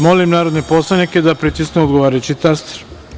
Molim narodne poslanike da pritisnu odgovarajući taster.